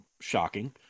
shocking